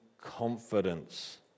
confidence